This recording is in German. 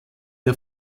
der